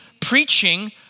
preaching